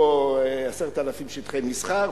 פה 10,000 מטר רבוע שטחי מסחר,